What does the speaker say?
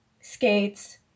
skates